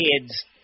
kids